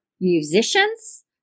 musicians